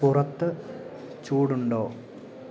പുറത്തു ചൂടുണ്ടോ